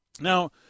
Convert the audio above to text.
Now